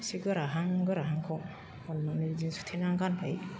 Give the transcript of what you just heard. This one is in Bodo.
एसे गोराहां गोराहांखौ अननानै बिदिनो सुथेना गानहोयो